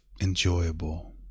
enjoyable